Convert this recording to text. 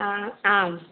ஆ ஆ